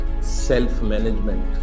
self-management